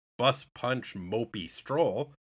bus-punch-mopey-stroll